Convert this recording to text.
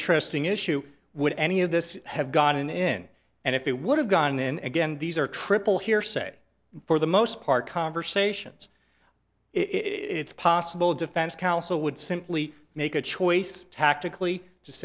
interesting issue would any of this have gotten in and if it would have gone in again these are triple hearsay for the most part conversations it's possible defense counsel would simply make a choice tactically to